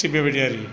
थिग बेबायदिनो आरोखि